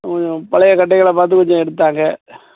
கொஞ்சம் பழைய கட்டைகளா பார்த்து கொஞ்சம் எடுத்து தாங்க